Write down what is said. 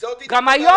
זאת בדיוק הבעיה.